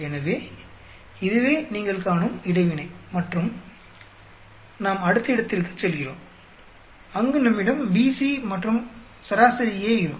எனவே இதுவே நீங்கள் காணும் இடைவினை பின்னர் நாம் அடுத்த இடத்திற்குச் செல்கிறோம் அங்கு நம்மிடம் BC மற்றும் சராசரி A இருக்கும்